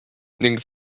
ning